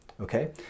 okay